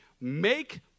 make